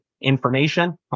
information